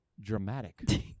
dramatic